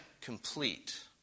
complete